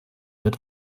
wird